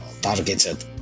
targeted